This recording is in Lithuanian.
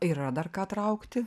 yra dar ką traukti